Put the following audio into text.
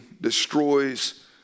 destroys